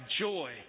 joy